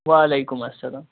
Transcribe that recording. وعلیکُم اَسَلام